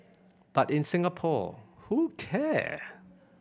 but in Singapore who care